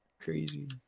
Crazy